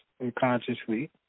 unconsciously